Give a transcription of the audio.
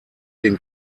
den